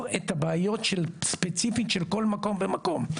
את הבעיות ספציפית של כל מקום ומקום,